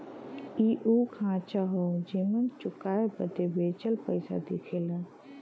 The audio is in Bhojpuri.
इ उ खांचा हौ जेमन चुकाए बदे बचल पइसा दिखला